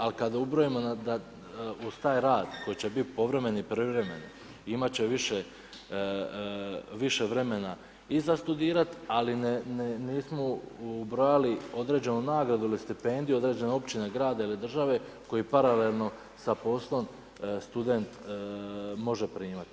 Ali kada ubrojimo da uz taj rad koji će biti povremeni i privremeni imati će više vremena i za studirati ali nismo ubrojali određenu nagradu ili stipendiju, određene općine, grada ili države koji paralelno sa poslom student može primati.